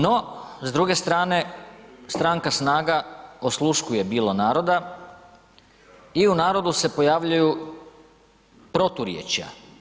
No, s druge strane Stranka SNAGA osluškuje bilo naroda i u narodu se pojavljuju proturječja.